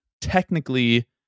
technically